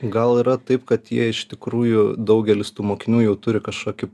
gal yra taip kad jie iš tikrųjų daugelis tų mokinių jau turi kažkokį